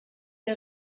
der